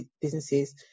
businesses